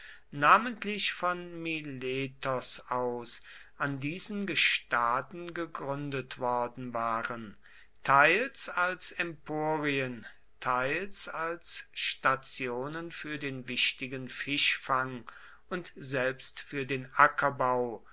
namentlich von miletos aus an diesen gestaden gegründet worden waren teils als emporien teils als stationen für den wichtigen fischfang und selbst für den ackerbau